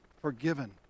forgiven